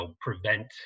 prevent